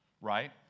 right